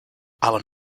allen